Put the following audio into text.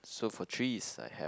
so for threes I have